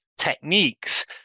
techniques